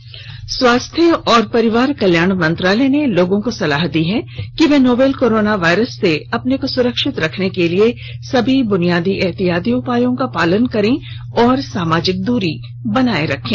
में भे स्वास्थ्य और परिवार कल्याण मंत्रालय ने लोगों को सलाह दी है कि वे नोवल कोरोना वायरस से अपने को सुरक्षित रखने के लिए सभी बुनियादी एहतियाती उपायों का पालन करें और सामाजिक दूरी बनाए रखें